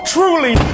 Truly